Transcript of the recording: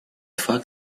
факт